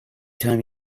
time